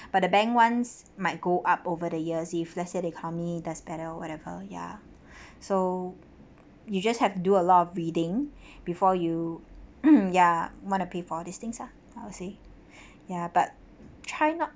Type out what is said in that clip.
but the bank once might go up over the years if let's say the economy does better whatever ya so you just have to do a lot of reading before you ya wanna pay for all these things lah I would say ya but try not